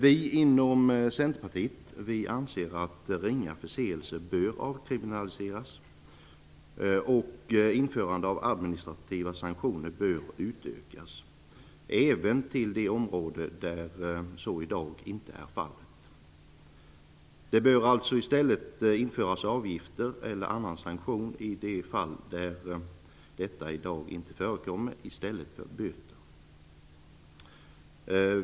Vi inom Centerpartiet anser att ringa förseelser bör avkriminaliseras och att möjligheterna till införande av administrativa sanktioner bör utökas, även till de områden där administrativa sanktioner i dag saknas. Det bör i stället införas avgifter eller annan sanktion i stället för böter i de fall där detta i dag inte förekommer.